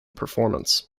performance